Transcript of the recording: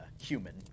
human